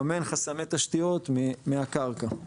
לממן חסמי תשתיות מהקרקע.